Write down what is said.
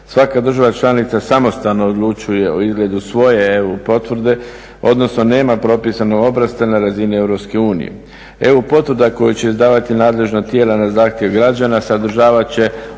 Svaka država članica samostalno odlučuje o izgledu svoje EU potvrde, odnosno nema propisano obrasce na razini EU. EU potvrda koju će izdavati nadležna tijela na zahtjev građana sadržavat